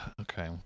Okay